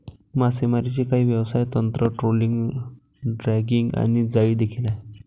मासेमारीची काही व्यवसाय तंत्र, ट्रोलिंग, ड्रॅगिंग आणि जाळी देखील आहे